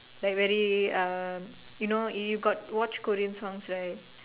like very uh you know you got watch Korean songs right